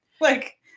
Like-